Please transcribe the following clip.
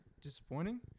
disappointing